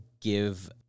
give